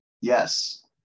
Yes